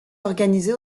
organisé